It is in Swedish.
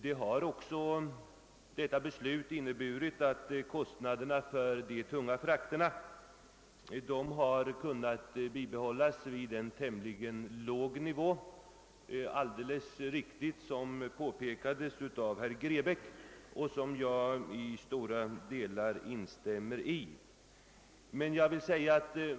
Herr Grebäck påpekade alldeles riktigt att detta beslut också har inneburit att kostnaderna för de tunga frakterna kunnat bibehållas på en tämligen låg nivå, en uppfattning som jag till stora delar instämmer i.